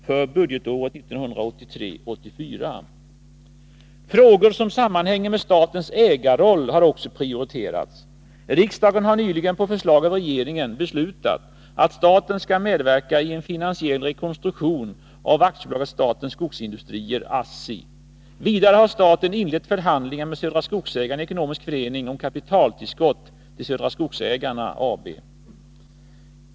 för budgetåret 1983 83:68) beslutat att staten skall medverka i en finansiell rekonstruktion av AB Statens Skogsindustrier . Vidare har staten inlett förhandlingar med Södra Skogsägarna ekonomisk förening om kapitaltillskott till Södra Skogsägarna AB.